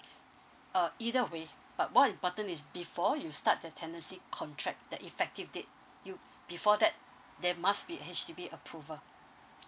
uh either way but more important is before you start a tenancy contract the effective date you before that there must be H_D_B approval